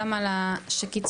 גם על זה שקיצרת,